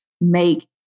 make